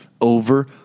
over